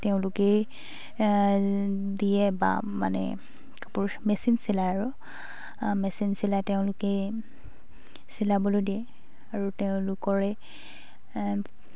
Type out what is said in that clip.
তেওঁলোকেই দিয়ে বা মানে কাপোৰ মেচিন চিলায় আৰু মেচিন চিলাই তেওঁলোকেই চিলাবলৈ দিয়ে আৰু তেওঁলোকৰে